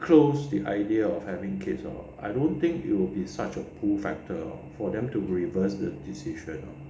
closed the idea of having kids hor I don't think it'll be such a pull factor for them to reverse the decision